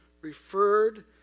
referred